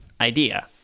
idea